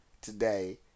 today